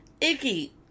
icky